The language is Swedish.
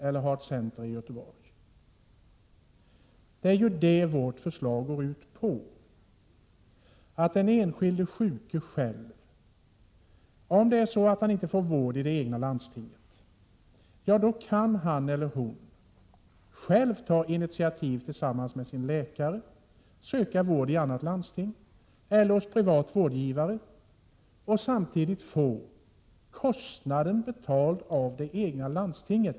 Man skulle inte heller behöva ha ett center i Göteborg. Vårt förslag går ut på att den enskilde sjuke själv, om han inte får vård i det egna landstinget, kan ta initiativ och tillsammans med sin läkare söka vård i annat landsting eller hos privat vårdgivare, samtidigt som kostnaden betalas av det egna landstinget.